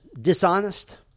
dishonest